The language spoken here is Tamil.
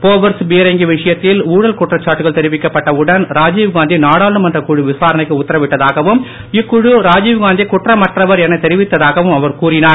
போபர்ஸ் பீரங்கி விஷயத்தில் ஊழல் குற்றச்சாட்டுகள் தெரிவிக்கப்பட்ட உடன் ராஜீவ்காந்தி நாடாளுமன்ற குழு விசாரணைக்கு உத்தரவிட்டதாகவும் இக்குழு ராஜீவ்காந்தி குற்றமற்றவர் என தெரிவித்த்தாகவும் அவர் கூறினார்